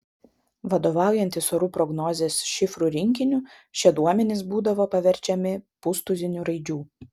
vadovaujantis orų prognozės šifrų rinkiniu šie duomenys būdavo paverčiami pustuziniu raidžių